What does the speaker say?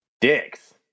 Dicks